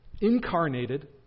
incarnated